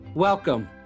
Welcome